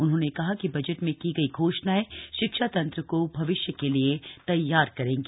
उन्होंने कहा कि बजट में की गई घोषणाएं शिक्षा तंत्र को भविष्य के लिए तैयार करेंगी